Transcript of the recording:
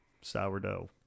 sourdough